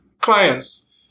clients